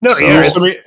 No